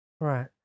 Right